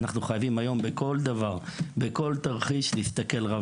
אנחנו חייבים היום להסתכל על כל דבר ועל כל תרחיש כרב-זירתי.